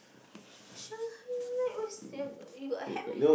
Shanghai night what's the you got hat meh